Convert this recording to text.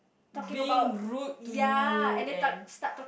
being rude to you and